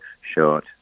short